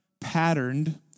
patterned